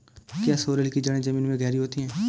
क्या सोरेल की जड़ें जमीन में गहरी होती हैं?